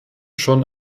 schon